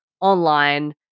online